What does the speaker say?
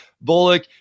Bullock